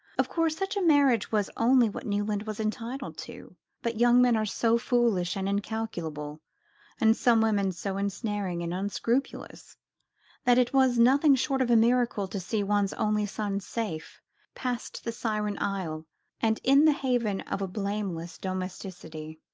of course such a marriage was only what newland was entitled to but young men are so foolish and incalculable and some women so ensnaring and unscrupulous that it was nothing short of a miracle to see one's only son safe past the siren isle and in the haven of a blameless domesticity.